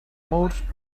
mode